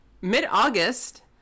mid-August